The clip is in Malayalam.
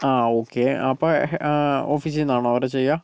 ആ ഓക്കേ അപ്പം ഓഫിസിൽനിന്നാണൊ അവര് ചെയ്യുക